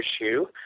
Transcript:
issue